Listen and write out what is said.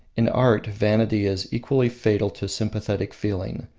in art vanity is equally fatal to sympathetic feeling,